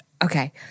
Okay